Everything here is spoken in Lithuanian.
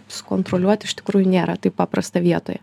sukontroliuoti iš tikrųjų nėra taip paprasta vietoje